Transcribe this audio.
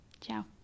Ciao